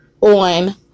on